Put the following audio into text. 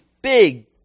big